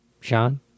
Sean